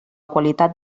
qualitat